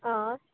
आं